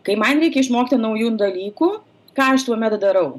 kai man reikia išmokti naujų dalykų ką aš tuomet darau